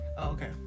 Okay